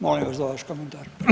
Molim vas za vaš komentar.